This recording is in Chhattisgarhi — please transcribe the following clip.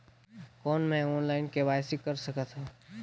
कौन मैं ऑनलाइन के.वाई.सी कर सकथव?